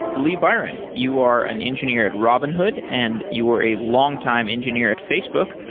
lee byraon, you are an engineer at robinhood and you were a longtime engineer at facebook.